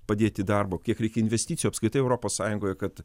padėti darbo kiek reikia investicijų apskritai europos sąjungoje kad